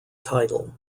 title